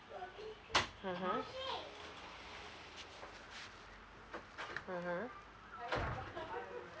mmhmm mmhmm